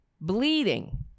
Bleeding